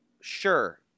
Sure